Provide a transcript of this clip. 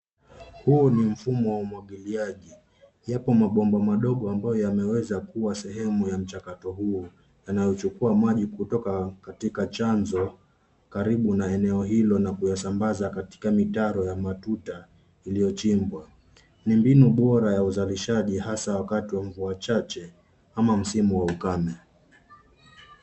Huu ni mfumo wa umwagiliaji. Yapo mabomba madogo ambayo yameweza kuwa sehemu ya mchakato huo, yanayochukua maji kutoka katika chanzo karibu na eneo hilo na kuyasambaza katika mitaro ya matuta iliyochimbwa. Ni mbinu bora ya uzalishaji hasa wakati wa mvua chache ama msimu wa ukame.